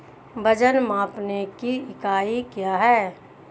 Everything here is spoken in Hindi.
वजन मापने की इकाई क्या है?